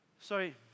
Sorry